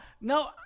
no